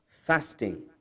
fasting